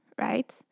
right